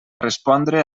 respondre